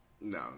No